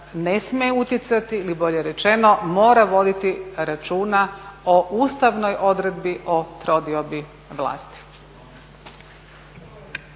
ne smije utjecati ili bolje rečeno mora voditi računa o ustavnoj odredbi o trodiobi vlasti.